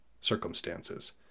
circumstances